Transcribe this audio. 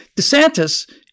DeSantis